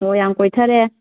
ꯑꯣ ꯌꯥꯝ ꯀꯣꯏꯊꯔꯦ